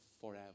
forever